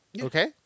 Okay